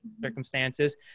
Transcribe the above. circumstances